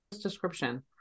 description